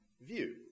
view